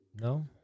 No